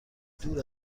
دور